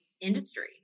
industry